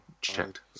checked